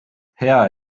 hea